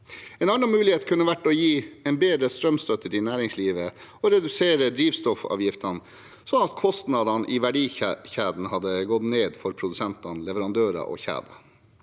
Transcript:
En annen mulighet kunne vært å gi en bedre strømstøtte til næringslivet og redusere drivstoffavgiftene, slik at kostnadene i verdikjeden hadde gått ned for produsenter, leverandører og kjeder.